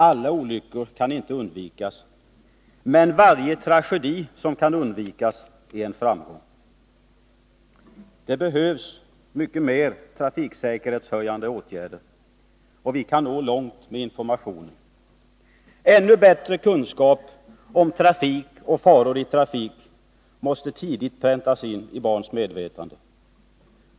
Alla olyckor kan inte undvikas, men varje tragedi som kan undvikas är en framgång. Det behövs mycket mer av trafiksäkerhetshöjande åtgärder. Och vi kan nå långt med information. Ännu bättre kunskap om trafik och faror i trafik måste tidigt präntas in i barns medvetande.